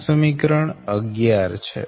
આ સમીકરણ 11 છે